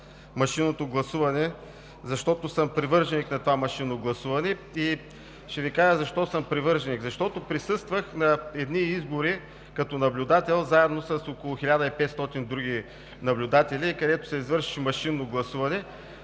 машинното гласуване, защото съм привърженик на това машинно гласуване. Ще Ви кажа защо съм привърженик – защото присъствах на едни избори като наблюдател, заедно с около 1500 други наблюдатели, където се извършваше машинно гласуване.